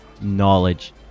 Knowledge